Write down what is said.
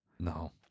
No